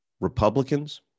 Republicans